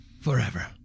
forever